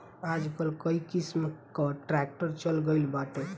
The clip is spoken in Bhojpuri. आजकल कई किसिम कअ ट्रैक्टर चल गइल बाटे